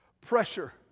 Pressure